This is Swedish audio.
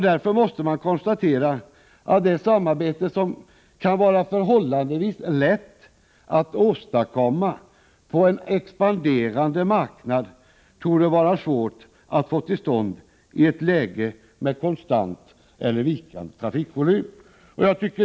Därför måste man konstatera att det samarbete som kan vara förhållandevis lätt att åstadkomma på en expanderande marknad torde vara svårt att få till stånd i ett läge med konstant eller vikande trafikvolym.